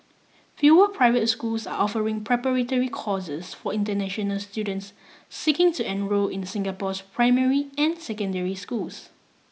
fewer private schools are offering preparatory courses for international students seeking to enrol in Singapore's primary and secondary schools